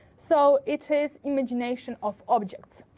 so it is imagination of objects,